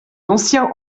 anciens